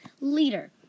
leader